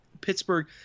Pittsburgh